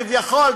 כביכול,